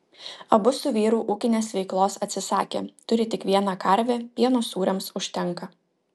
abu su vyru ūkinės veiklos atsisakė turi tik vieną karvę pieno sūriams užtenka